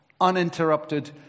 uninterrupted